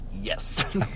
Yes